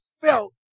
felt